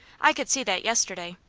i could see that yesterday.